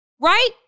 Right